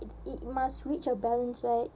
it must reach a balance right